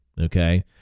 Okay